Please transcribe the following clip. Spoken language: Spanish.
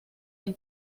del